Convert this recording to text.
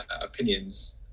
opinions